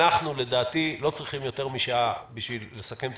--- לדעתי אנחנו לא צריכים יותר משעה בשביל לסכם את